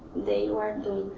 they are doing.